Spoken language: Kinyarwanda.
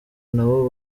nabo